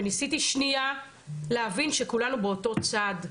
וניסיתי שנייה להסביר שכולנו באותו צד,